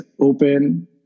open